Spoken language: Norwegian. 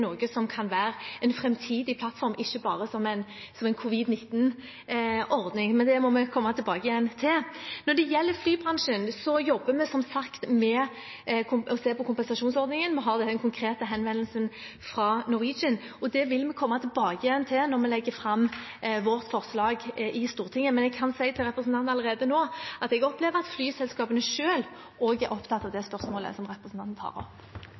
noe som kan være en framtidig plattform, ikke bare en covid-19-ordning. Det må vi komme tilbake til. Når det gjelder flybransjen, jobber vi som sagt med å se på kompensasjonsordningen. Vi har den konkrete henvendelsen fra Norwegian, og det vil vi komme tilbake til når vi legger fram vårt forslag i Stortinget, men jeg kan si til representanten allerede nå at jeg opplever at flyselskapene selv også er opptatt av det spørsmålet som representanten tar opp.